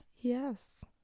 Yes